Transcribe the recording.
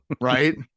right